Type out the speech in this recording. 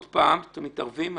עוד פעם אתם מתערבים,